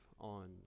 on